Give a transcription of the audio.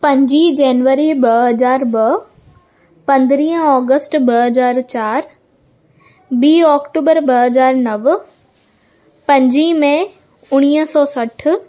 पंज जनवरी ॿ हज़ार ॿ पंद्रहं अगस्त ॿ हज़ार चारि ॿ अक्टूबर ॿ हज़ार नव पंज मई उणिवीह सौ सठि